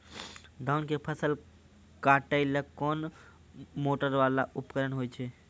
धान के फसल काटैले कोन मोटरवाला उपकरण होय छै?